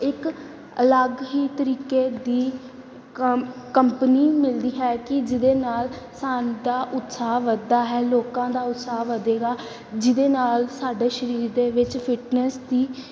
ਇੱਕ ਅਲੱਗ ਹੀ ਤਰੀਕੇ ਦੀ ਕੰਪ ਕੰਪਨੀ ਮਿਲਦੀ ਹੈ ਕਿ ਜਿਹਦੇ ਨਾਲ ਸਾਡਾ ਉਤਸਾਹ ਵਧਦਾ ਹੈ ਲੋਕਾਂ ਦਾ ਉਤਸ਼ਾਹ ਵਧੇਗਾ ਜਿਹਦੇ ਨਾਲ ਸਾਡੇ ਸਰੀਰ ਦੇ ਵਿੱਚ ਫਿੱਟਨੈਸ ਦੀ